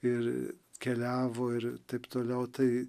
ir keliavo ir taip toliau tai